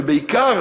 ובעיקר,